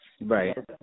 right